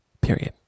Period